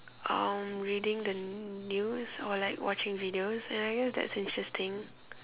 um reading the news or like watching videos and I guess that's interesting